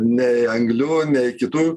nei anglių nei kitų